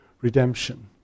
redemption